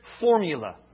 formula